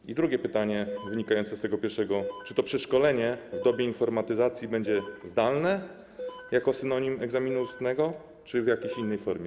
I drugie pytanie, wynikające z tego pierwszego: Czy to przeszkolenie w dobie informatyzacji będzie zdalne - jako synonim egzaminu ustnego - czy w jakiejś innej formie?